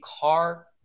car